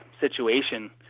situation